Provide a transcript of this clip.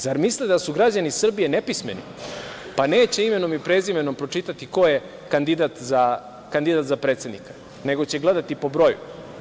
Zar misle da su građani Srbije nepismeni pa neće imenom i prezimenom pročitati ko je kandidat za predsednika nego će gledati po broju?